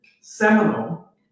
seminal